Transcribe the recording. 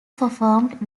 performed